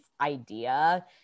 idea